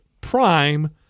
Prime